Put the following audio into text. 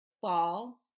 fall